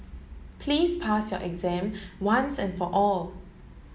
please pass your exam once and for all